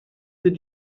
did